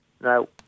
No